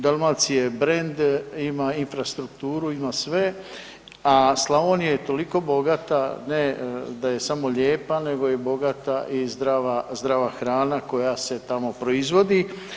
Dalmacija je brend, ima infrastrukturu, ima sve, a Slavonija je toliko bogata, ne da je samo lijepa, nego je i bogata i zdrava hrana koja se tamo proizvodi.